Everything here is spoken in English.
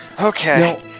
Okay